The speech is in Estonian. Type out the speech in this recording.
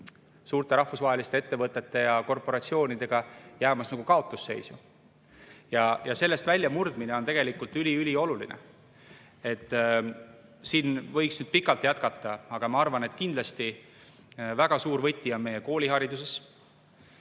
suurte rahvusvaheliste ettevõtete ja korporatsioonidega jäämas nagu kaotusseisu. Sellest väljamurdmine on tegelikult üli-ülioluline. Siin võiks nüüd pikalt jätkata, aga ma arvan, et kindlasti väga suur võti on meie koolihariduses.